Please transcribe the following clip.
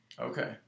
Okay